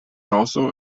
also